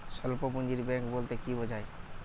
স্বল্প পুঁজির ব্যাঙ্ক বলতে কি বোঝায়?